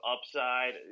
upside